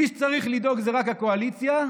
מי שצריך לדאוג זה רק הקואליציה,